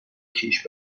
کیش